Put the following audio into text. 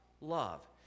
love